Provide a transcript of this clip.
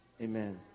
Amen